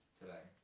today